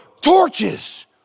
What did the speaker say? torches